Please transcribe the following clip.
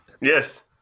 Yes